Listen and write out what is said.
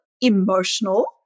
emotional